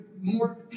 more